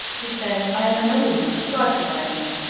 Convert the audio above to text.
he said, i am a nobleman, godfrey by name,